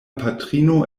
patrino